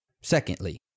secondly